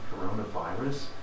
coronavirus